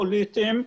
פוליטיים,